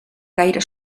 gaire